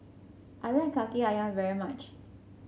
I like Kaki ayam very much